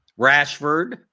Rashford